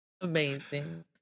Amazing